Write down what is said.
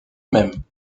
même